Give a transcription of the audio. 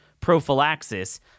prophylaxis